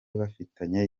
bafitanye